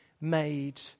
made